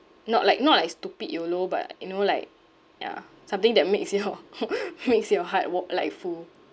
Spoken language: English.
not like not like stupid YOLO but you know like yeah something that makes your makes your heart walk like a fool